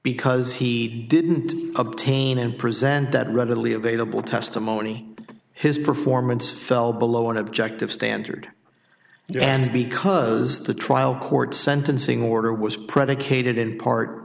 because he didn't obtain in present that readily available testimony his performance fell below an objective standard and because the trial court's sentencing order was predicated in part